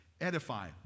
Edify